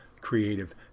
creative